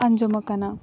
ᱟᱡᱚᱢ ᱟᱠᱟᱱᱟ